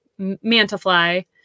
MantaFly